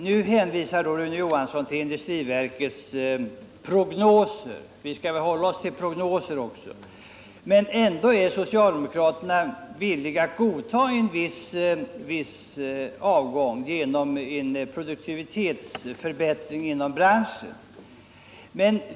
Nu hänvisar Rune Johansson till industriverkets prognoser — vi skall hålla oss till prognoser också — men ändå är socialdemokraterna villiga att godta en viss avgång genom en produktivitetsförbättring inom branschen.